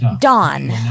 Dawn